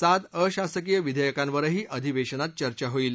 सात अशासकीय विधेयकांवरही अधिवेशनात चर्चा होईल